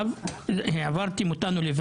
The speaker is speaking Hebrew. כל החלפה שתביאו בהסכמה תאושר.